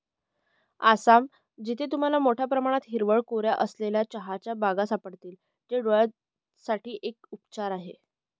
आसाम, जिथे तुम्हाला मोठया प्रमाणात हिरव्या कोऱ्या असलेल्या चहाच्या बागा सापडतील, जे डोळयांसाठी एक उपचार आहे